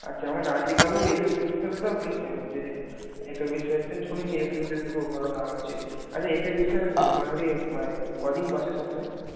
আচ্ছা আমাকে রাজীববাবুও এ কে বিশ্বাসের বলেছিলেন যে এ কে বিশ্বাস শুনেছি এ কে বিশ্বাসের খুব ভালো নাম আছে আচ্ছা এ কে বিশ্বাস মোটামুটি মানে কদিন বসে সপ্তাহে